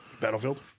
Battlefield